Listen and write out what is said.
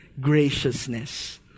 graciousness